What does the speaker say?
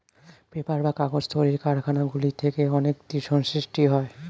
paper বা কাগজ তৈরির কারখানা গুলি থেকে অনেক দূষণ সৃষ্টি হয়